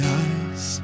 eyes